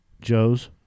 Joe's